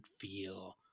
feel